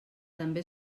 també